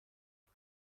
اوه